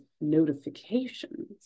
notifications